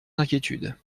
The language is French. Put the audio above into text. inquiétudes